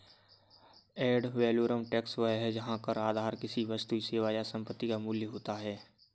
add valorem tax वह है जहां कर आधार किसी वस्तु, सेवा या संपत्ति का मूल्य होता है